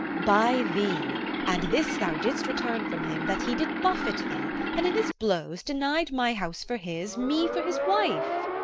by thee and this thou didst return from him that he did buffet thee, and in his blows denied my house for his, me for his wife.